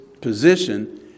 position